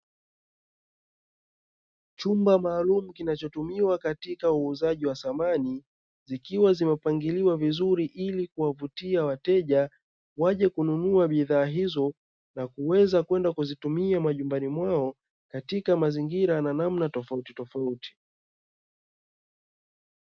Chumba maalum kinachotumiwa katika uuzaji wa samani, zikiwa zimepangiliwa vizuri ili kuwavutia wateja waje kununua bidhaa hizo na kwenda kuzitumia majumbani mwao katika mazingira na namna tofauti tofauti.